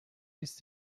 ist